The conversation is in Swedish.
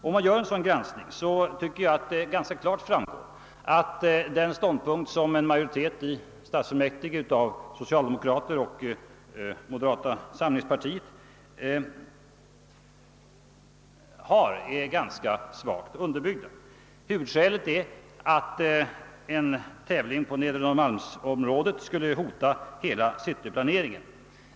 Om man gör en sådan granskning, framgår det ganska klart att den ståndpunkt, som en majoritet i stadsfullmäktige bestående av socialdemokrater och representanter för moderata samlingspartiet intar, är ganska svagt underbyggd. Huvudskälet är att en tävling på Nedre Norrmalmsområdet skulle hota hela cityplanen.